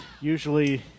usually